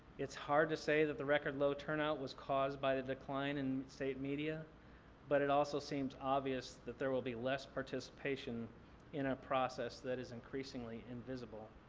it's hard to say that the record low turnout was caused by the decline in state media but it also seems obvious that there will less participation in a process that is increasingly invisible.